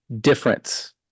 difference